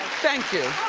thank you.